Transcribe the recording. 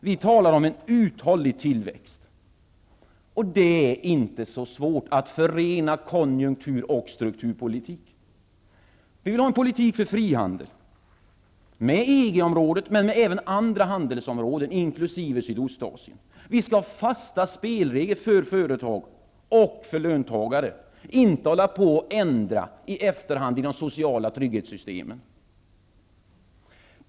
Vi talar om en uthållig tillväxt. Det är inte så svårt att förena konjunktur och strukturpolitik. Vi vill ha en politik för frihandel, med EG-området men även med andra handelsområden inkl. Sydostasien. Vi skall ha fasta spelregler för företag och löntagare, och inte hålla på och ändra i efterhand i de sociala trygghetssystemen.